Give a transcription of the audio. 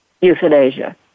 euthanasia